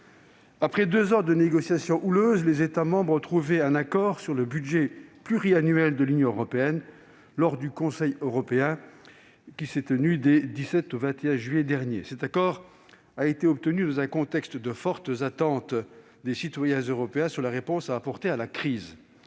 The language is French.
Après deux ans de négociations houleuses, les États membres ont trouvé un accord sur le budget pluriannuel de l'Union européenne lors du Conseil européen qui s'est tenu du 17 juillet au 21 juillet dernier. Cet accord a été obtenu dans un contexte de fortes attentes des citoyens européens sur la réponse à apporter à la crise.